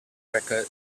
record